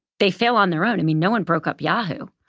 they fail on their own. i mean no one broke up yahoo.